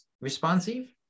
responsive